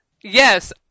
Yes